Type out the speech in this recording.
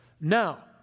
Now